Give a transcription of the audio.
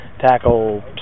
tackle